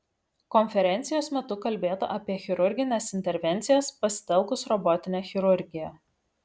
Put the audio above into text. konferencijos metu kalbėta apie chirurgines intervencijas pasitelkus robotinę chirurgiją